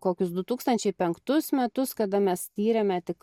kokius du tūkstančiai penktus metus kada mes tyrėme tik